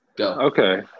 okay